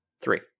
Three